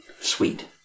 Sweet